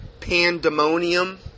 pandemonium